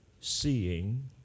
seeing